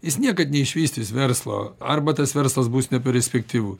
jis niekad neišvystys verslo arba tas verslas bus neperspektyvus